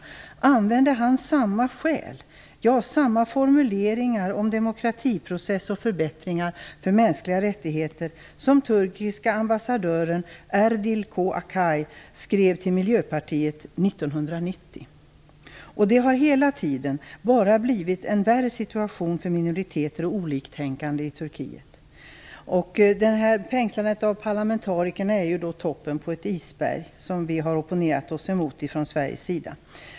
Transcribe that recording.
Han använde samma skäl, samma formuleringar om demokratiprocess och förbättringar för mänskliga rättigheter som turkiska ambassadören Erdil K Akay i sin skrift till Miljöpartiet 1990. Situationen har hela tiden blivit värre för minoriteter och oliktänkande i Turkiet. Fängslandet av parlamentariker är toppen på ett isberg som vi har opponerat oss emot från Sveriges sida.